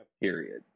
period